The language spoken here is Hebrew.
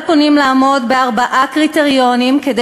על הפונים לעמוד בארבעה קריטריונים כדי